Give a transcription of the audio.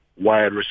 wide